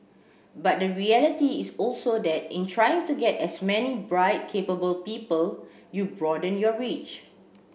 but the reality is also that in trying to get as many bright capable people you broaden your reach